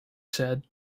said